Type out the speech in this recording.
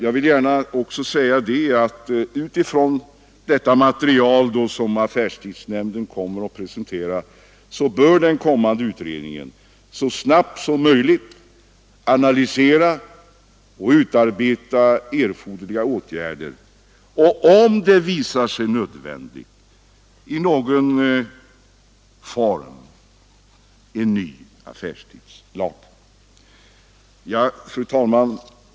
Jag vill också gärna säga att en kommande utredning så snart som möjligt bör analysera det material som affärstidsnämnden kommer att presentera och därefter föreslå erforderliga åtgärder och, om det visar sig nödvändigt, en ny affärstidslag i någon form. Fru talman!